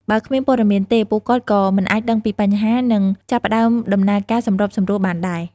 បើគ្មានព័ត៌មានទេ ពួកគាត់ក៏មិនអាចដឹងពីបញ្ហា និងចាប់ផ្ដើមដំណើរការសម្របសម្រួលបានដែរ។